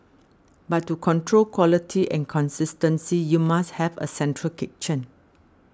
but to control quality and consistency you must have a central kitchen